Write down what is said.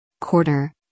Quarter